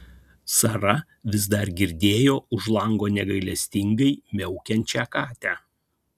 sara vis dar girdėjo už lango negailestingai miaukiančią katę